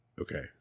Okay